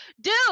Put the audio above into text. dude